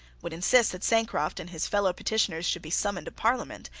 would insist that sancroft and his fellow petitioners should be summoned to parliament,